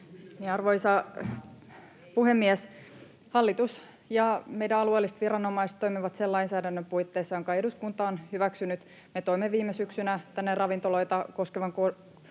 Arvoisa puhemies! Hallitus ja meidän alueelliset viranomaiset toimivat sen lainsäädännön puitteissa, jonka eduskunta on hyväksynyt. Me toimme viime syksynä tänne ravintoloita koskevan kokonaisuuden,